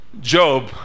Job